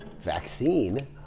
vaccine